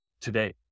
Today